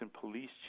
police